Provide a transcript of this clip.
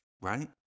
right